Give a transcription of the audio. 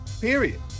period